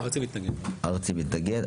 ארצ"י מתנגד.